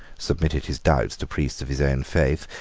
submitted his doubts to priests of his own faith,